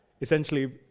essentially